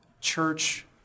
church